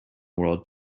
world